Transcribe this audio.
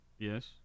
Yes